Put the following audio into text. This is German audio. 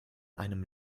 einem